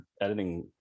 editing